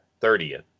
30th